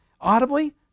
Audibly